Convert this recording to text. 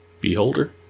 Beholder